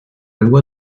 loi